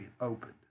opened